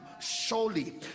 Surely